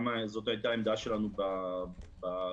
זאת הייתה העמדה שלנו בעתירה לבג"ץ.